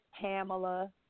Pamela